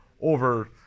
over